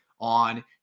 on